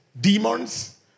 demons